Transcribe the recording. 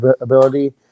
ability